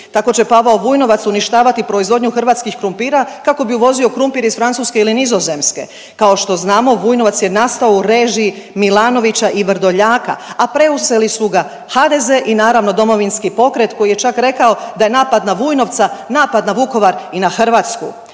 Tako će Pavao Vujnovac uništavati proizvodnju hrvatskih krumpira kako bi uvozio krumpir iz Francuske ili Nizozemske. Kao što znamo Vujnovac je nastao u režiji Milanovića i Vrdoljaka, a preuzeli su ga HDZ i naravno Domovinski pokret koji je čak rekao da je napad na Vujnovca napad na Vukovar i na Hrvatsku,